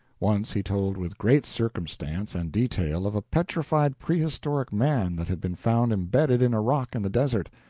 once he told with great circumstance and detail of a petrified prehistoric man that had been found embedded in a rock in the desert,